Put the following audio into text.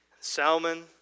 Salmon